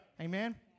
Amen